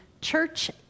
church